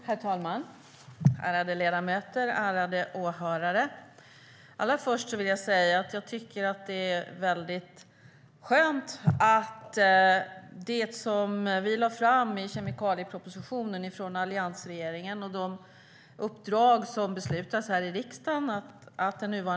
Herr talman, ärade ledamöter och ärade åhörare! Allra först vill jag säga att jag tycker att det är skönt att den nuvarande regeringen fortsätter arbetet med det som vi lade fram i kemikaliepropositionen från alliansregeringen och de uppdrag som det beslutas om här i riksdagen.